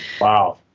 wow